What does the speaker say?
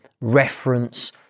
reference